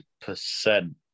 percent